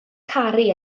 caru